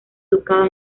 educada